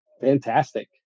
Fantastic